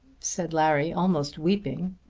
said larry almost weeping.